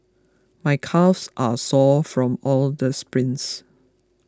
my calves are sore from all the sprints